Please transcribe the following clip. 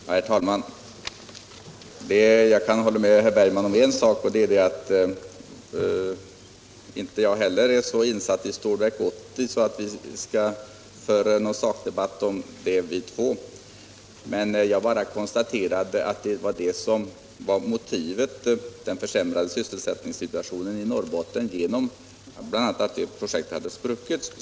Herr talman! Jag kan hålla med herr Bergman om en sak, och det är att inte jag heller är så insatt i Stålverk 80 att vi två skall föra någon sakdebatt om det. Men jag bara konstaterade att motivet för socialdemokraternas motion var den försämrade sysselsättningssituationen i Norrbotten, som uppstått bl.a. genom att det projektet hade spruckit.